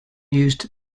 used